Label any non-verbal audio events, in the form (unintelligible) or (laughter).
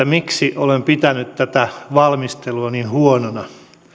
(unintelligible) miksi olen pitänyt tätä valmistelua niin huonona